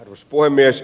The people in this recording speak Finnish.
arvoisa puhemies